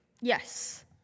Yes